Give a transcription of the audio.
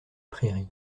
prairies